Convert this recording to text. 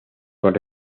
con